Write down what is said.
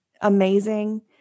amazing